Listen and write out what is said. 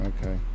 Okay